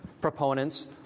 proponents